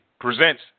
presents